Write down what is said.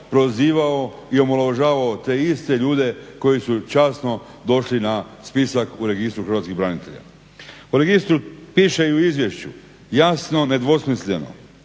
prozivao i omalovažavao te iste ljude koji su časno došli na spisak u Registru hrvatskih branitelja. U registru piše i u izvješću jasno i nedvosmisleno